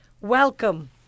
Welcome